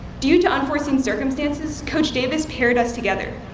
due to unforeseen circumstances, coach davis paired us together.